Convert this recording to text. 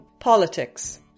Politics